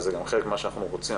וזה גם חלק ממה שאנחנו רוצים.